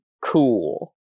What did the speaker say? cool